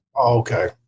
Okay